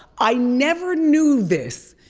i never knew this.